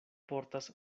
portas